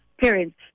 parents